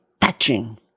touching